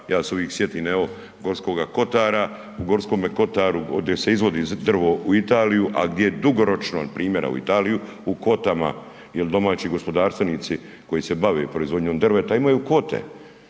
ja se uvijek sjetim evo G. kotara, u G. kotaru gdje se izvozi drvo u Italiju a gdje dugoročno primjera u Italiju, u kvotama jer domaći gospodarstvenici koji se bave proizvodnjom drveta, imaju kvote.